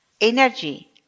Energy